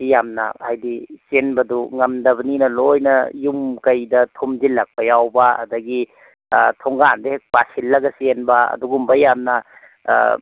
ꯁꯤ ꯌꯥꯝꯅ ꯍꯥꯏꯗꯤ ꯆꯦꯟꯕꯗꯨ ꯉꯝꯗꯕꯅꯤꯅ ꯂꯣꯏꯅ ꯌꯨꯝ ꯀꯩꯗ ꯊꯨꯝꯖꯤꯜꯂꯛꯄ ꯌꯥꯎꯕ ꯑꯗꯒꯤ ꯊꯣꯡꯒꯥꯟꯗ ꯍꯦꯛ ꯄꯥꯁꯤꯜꯂꯒ ꯆꯦꯟꯕ ꯑꯗꯨꯒꯨꯝꯕ ꯌꯥꯝꯅ